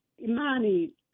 Imani